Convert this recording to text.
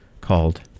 called